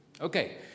Okay